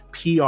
PR